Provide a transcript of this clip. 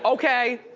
okay?